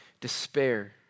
despair